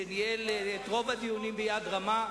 שניהל את רוב הדיונים ביד רמה.